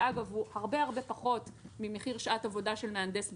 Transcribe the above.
שאגב הוא הרבה הרבה פחות ממחיר שעת עבודה של מהנדס בשוק.